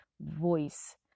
voice